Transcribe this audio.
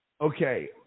Okay